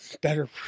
better